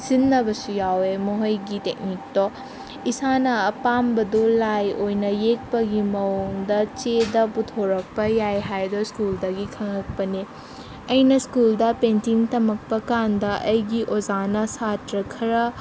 ꯁꯤꯖꯤꯟꯅꯕꯁꯨ ꯌꯥꯎꯋꯦ ꯃꯈꯣꯏꯒꯤ ꯇꯦꯛꯅꯤꯛꯇꯣ ꯏꯁꯥꯅ ꯑꯄꯥꯝꯕꯗꯨ ꯂꯥꯏ ꯑꯣꯏꯅ ꯌꯦꯛꯄꯒꯤ ꯃꯑꯣꯡꯗ ꯆꯦꯗ ꯄꯨꯊꯣꯔꯛꯄ ꯌꯥꯏ ꯍꯥꯏꯗꯣ ꯁ꯭ꯀꯨꯜꯗꯒꯤ ꯈꯪꯉꯛꯄꯅꯤ ꯑꯩꯅ ꯁ꯭ꯀꯨꯜꯗ ꯄꯦꯟꯇꯤꯡ ꯇꯝꯃꯛꯄ ꯀꯥꯟꯗ ꯑꯩꯒꯤ ꯑꯣꯖꯥꯅ ꯁꯥꯇ꯭ꯔ ꯈꯔ